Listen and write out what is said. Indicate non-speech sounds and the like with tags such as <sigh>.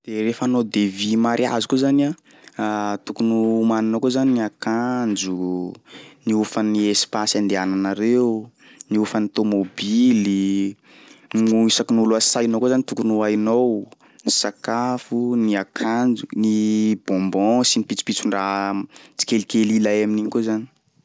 De rehefa hanao devis mariazy koa zany a, <hesitation> tokony <noise> homanina koa zany ny akanjo, <noise> ny hofan'ny espace andehananareo, ny hofan'ny tômôbily, mo- isaky ny olo asainao koa zany tokony ho hainao, ny sakafo, ny akanjo, ny bonbon sy ny pitsopitson-draha tsikelikely ilay amin'igny koa zany.